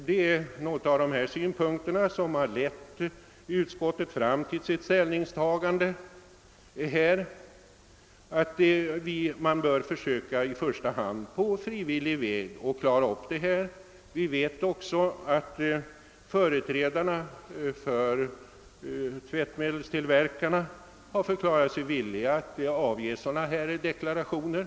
Det är några av dessa synpunkter som har lett utskottet fram till dess ställningstagande, nämligen att man i första hand på frivillig väg bör försöka lösa problemet. Vi vet också att företrädarna för tvättmedelstillverkningen har förklarat sig villiga att avge varudeklarationer.